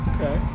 Okay